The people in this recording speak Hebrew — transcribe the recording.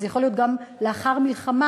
וזה יכול להיות גם לאחר מלחמה,